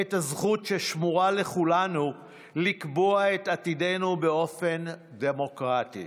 את הזכות ששמורה לכולנו לקבוע את עתידנו באופן דמוקרטי